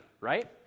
right